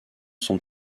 sont